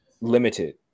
limited